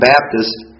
Baptists